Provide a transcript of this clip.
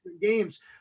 games